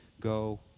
go